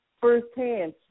firsthand